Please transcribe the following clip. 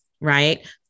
right